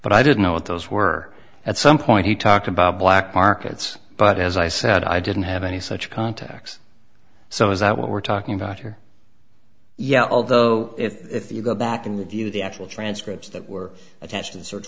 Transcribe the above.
but i didn't know what those were at some point he talked about black markets but as i said i didn't have any such contacts so is that what we're talking about here yet although if you go back and view the actual transcripts that were attached to the search